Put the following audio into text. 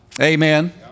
Amen